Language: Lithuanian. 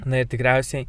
na ir tikriausiai